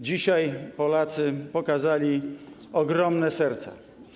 Dzisiaj Polacy pokazali ogromne serca.